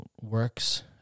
works